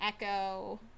echo